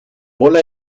bola